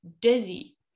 dizzy